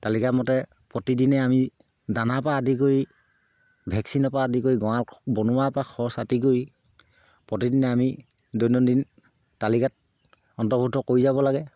তালিকামতে প্ৰতিদিনে আমি দানাৰ পৰা আদি কৰি ভেকচিনৰ পৰা আদি কৰি গঁৰাল বনোৱাৰ পৰা খৰচ আদি কৰি প্ৰতিদিনে আমি দৈনন্দিন তালিকাত অন্তৰ্ভুক্ত কৰি যাব লাগে